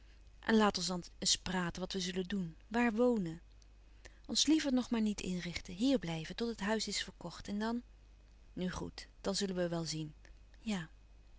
laat ons dan eens praten wat we zullen doen waar wonen ons liever nog maar niet inrichten hier blijven tot het huis is verkocht en dan nu goed dan zullen we wel zien ja